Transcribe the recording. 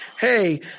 hey